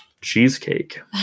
Cheesecake